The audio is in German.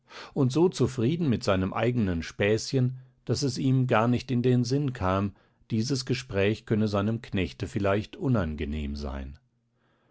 und so zufrieden mit seinem eigenen späßchen daß es ihm gar nicht in den sinn kam dieses gespräch könne seinem knechte vielleicht unangenehm sein